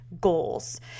goals